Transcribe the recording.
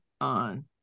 on